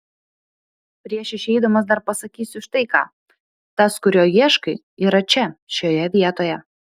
prieš išeidamas dar pasakysiu štai ką tas kurio ieškai yra čia šioje vietoje